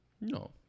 no